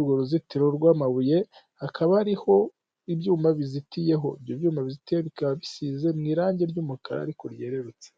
urwo ruzitiro rw'amabuye hakaba hariho ibyuma bizitiyeho, ibyo byuma bisize mu irangi ry'umukara ariko ryerurutse.